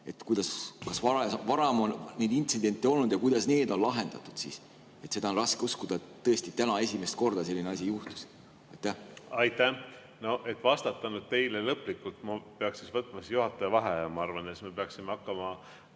nuppu? Kas varem on neid intsidente olnud ja kuidas need on lahendatud siis? Seda on raske uskuda, et tõesti täna esimest korda selline asi juhtus. Aitäh! Noh, et vastata teile lõplikult, peaks võtma juhataja vaheaja. Ma arvan, et me peaksime hakkama